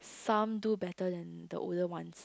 some do better than the older ones